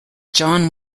john